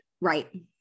Right